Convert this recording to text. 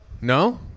No